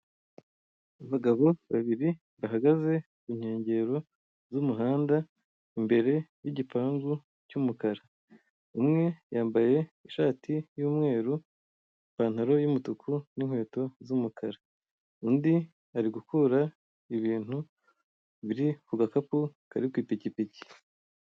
Abagabo babili bahagaze ku nkungero z'umuhanda imbere y'igipangu cy'umukara, umwe yambaye ishati y'umweru, ipantaro y'umutuku n'inkweto z'umukara undi ari gukura ibintu biri ku gakapu kari ku ipikipiki.